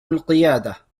القيادة